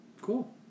Cool